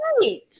Right